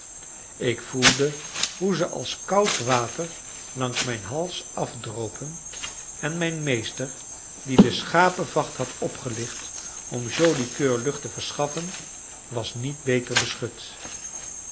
ik voelde hoe ze als koud water langs mijn hals afdropen en mijn meester die de schapevacht had opgelicht om joli coeur lucht te verschaffen was niet beter beschut